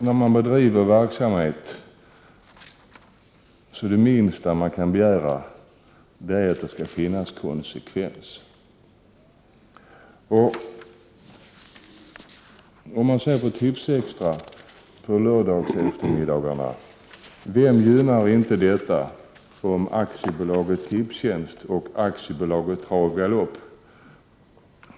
När man bedriver verksamhet är det minsta man kan begära att det skall finnas konsekvens. Om man ser på Tipsextra på lördagseftermiddagarna, vem gynnas då om inte AB Tipstjänst och AB Trav och Galopp?